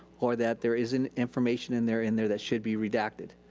or that there isn't information in there in there that should be redacted.